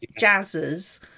jazzers